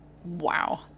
Wow